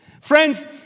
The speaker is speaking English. Friends